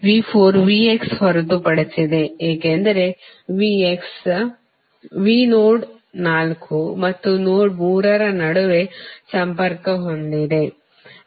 V4 Vx ಹೊರತುಪಡಿಸಿದೆ ಏಕೆಂದರೆ Vx V node ನಾಲ್ಕು ಮತ್ತು ನೋಡ್ ಮೂರ ರ ನಡುವೆ ಸಂಪರ್ಕ ಹೊಂದಿದೆ